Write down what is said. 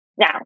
Now